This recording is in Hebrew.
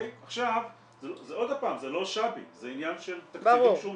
זה לא שבי, זה עניין של תקציבים שהוא מקבל.